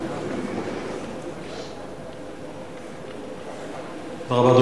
תודה רבה.